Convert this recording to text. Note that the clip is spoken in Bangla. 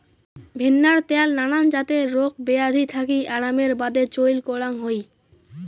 ভেন্নার ত্যাল নানান জাতের রোগ বেয়াধি থাকি আরামের বাদে চইল করাং হই